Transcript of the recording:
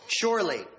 Surely